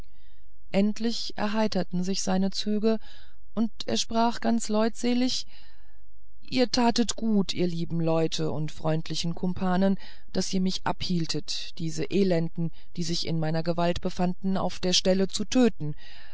endlich erheiterten sich seine züge und er sprach ganz leutselig ihr tatet gut ihr lieben leute und freundlichen kumpane daß ihr mich abhieltet diese elenden die sich in meiner gewalt befanden auf der stelle zu töten